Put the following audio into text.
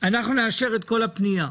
אנחנו נאשר את כל הפנייה,